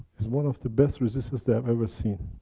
it's one of the best resistances they have ever seen.